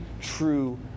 true